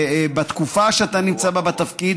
בתקופה שאתה נמצא בתפקיד,